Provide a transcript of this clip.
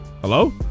Hello